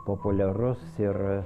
populiarus ir